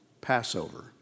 Passover